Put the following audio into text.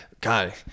God